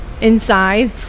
Inside